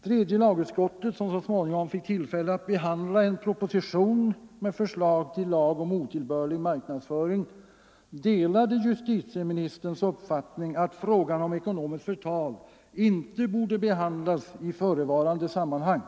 Tredje lagutskottet, som så småningom fick tillfälle att behandla en proposition med förslag till lag om otillbörlig marknadsföring, delade justitieministerns uppfattning att frågan om ekonomiskt förtal inte borde behandlas i förevarande sammanhang.